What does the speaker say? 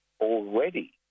already